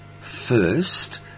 First